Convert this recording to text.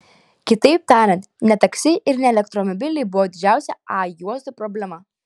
kitaip tariant ne taksi ir ne elektromobiliai buvo didžiausia a juostų problema